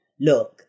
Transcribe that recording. look